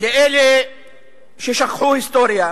לאלה ששכחו היסטוריה: